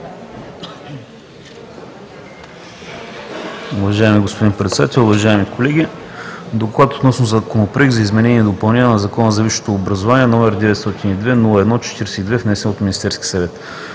Уважаеми господин Председател, уважаеми колеги! „ДОКЛАД относно Законопроект за изменение и допълнение на Закона за висшето образование, № 902-01-42, внесен от Министерския съвет